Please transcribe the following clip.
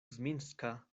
zminska